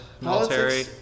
military